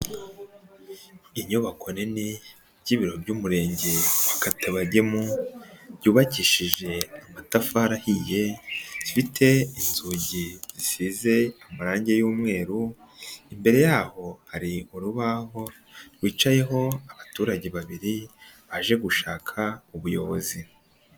lnyubako nini ry'ibiro by'umurenge wa Katabagemu ,byubakishije amatafari ahiye, zifite inzugi zisize amarangi y'umweru, imbere y'aho hari urubaho rwicayeho abaturage babiri, baje gushaka ubuyobozi.